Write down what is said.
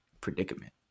predicament